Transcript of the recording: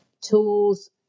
tools